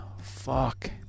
Fuck